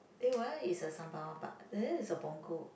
eh where is the Sembawang park is at Punggol